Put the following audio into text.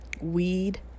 weed